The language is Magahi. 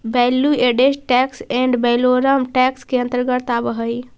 value added tax ad valorem tax के अंतर्गत आवऽ हई